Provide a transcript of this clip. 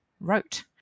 wrote